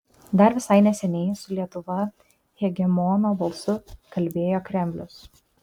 dar visai neseniai su lietuva hegemono balsu kalbėjo kremlius